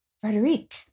Frederic